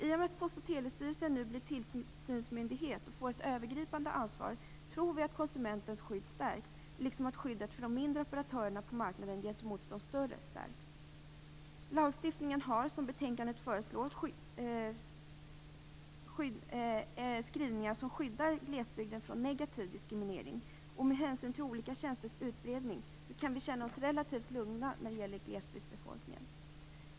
I och med att Post och telestyrelsen nu blir tillsynsmyndighet och får ett övergripande ansvar tror vi att konsumentens skydd stärks och att skyddet för de mindre operatörerna på marknaden gentemot de större stärks. Lagstiftningen har, som föreslås i betänkandet, skrivningar som skyddar glesbygdsbor från negativ diskriminering. Med tanke på olika tjänsters utbredning kan vi känna oss relativt lugna när det gäller glesbygdsbefolkningen.